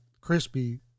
crispy